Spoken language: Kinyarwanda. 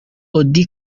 auddy